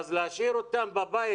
להשאיר אותם בבית,